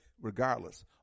regardless